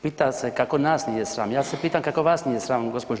Pita se kako nas nije sram, ja se pitam kako vas nije sram gđo.